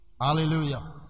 Hallelujah